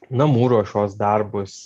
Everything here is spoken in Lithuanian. namų ruošos darbus